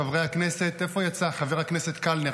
חברי הכנסת, איפה, יצא חבר הכנסת קלנר.